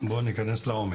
בוא ניכנס לעומק.